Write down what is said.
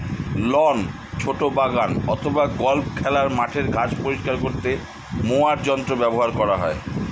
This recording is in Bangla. লন, ছোট বাগান অথবা গল্ফ খেলার মাঠের ঘাস পরিষ্কার করতে মোয়ার যন্ত্র ব্যবহার করা হয়